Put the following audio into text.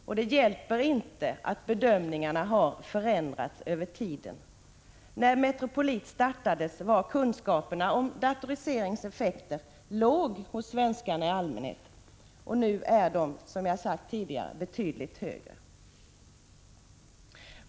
Och det hjälper inte att bedömningarna har förändrats över tiden. När Metropolit startades var kunskaperna om datoriseringens effekter dåliga hos svenskarna i allmänhet — nu är de, som jag tidigare sagt, betydligt bättre.